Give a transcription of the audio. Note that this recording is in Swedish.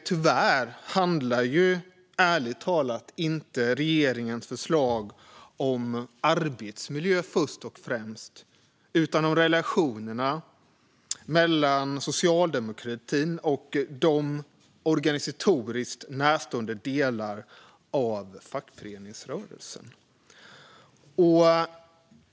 Tyvärr handlar regeringens förslag ärligt talat inte om arbetsmiljö först och främst utan om relationerna mellan socialdemokratin och de organisatoriskt närstående delarna av fackföreningsrörelsen.